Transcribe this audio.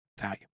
value